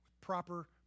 proper